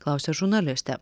klausia žurnalistė